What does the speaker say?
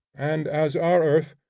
and, as our earth,